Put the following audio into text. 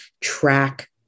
track